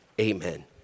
amen